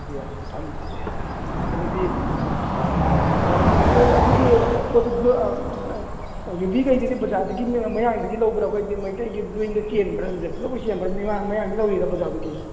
ꯑꯗꯨꯗꯤ ꯑꯗꯨꯗ ꯐꯝꯃꯤꯗꯨꯗꯤ ꯑꯗꯨꯗꯤ ꯑꯗꯨꯒꯤ ꯄꯣꯠꯇꯨ ꯌꯨꯕꯤꯒꯩꯗꯨꯗꯤ ꯕꯖꯥꯔꯗꯒꯤ ꯃꯌꯥꯡꯗꯒꯤ ꯂꯧꯕ꯭ꯔꯥ ꯑꯩꯈꯣꯏꯗꯤ ꯃꯩꯇꯩꯒꯤ ꯕ꯭ꯂꯨ ꯍꯤꯟꯗ ꯆꯦꯟꯕ꯭ꯔꯥ ꯑꯗꯨꯗꯤ ꯄꯨꯂꯞ ꯑꯣꯏꯅ ꯆꯦꯟꯕ꯭ꯔꯥ ꯃꯌꯥꯡꯗꯒꯤ ꯂꯧꯔꯤꯔꯥ ꯕꯖꯥꯔꯗꯒꯤ